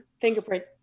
fingerprint